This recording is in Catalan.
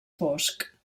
fosc